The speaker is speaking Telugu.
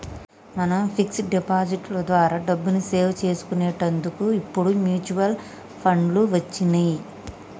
మనం ఫిక్స్ డిపాజిట్ లో ద్వారా డబ్బుని సేవ్ చేసుకునేటందుకు ఇప్పుడు మ్యూచువల్ ఫండ్లు వచ్చినియ్యి